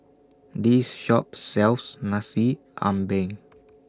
This Shop sells Nasi Ambeng